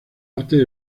artes